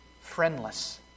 friendless